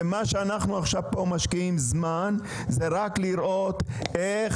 ומה שאנחנו עכשיו פה משקיעים זמן זה רק לראות איך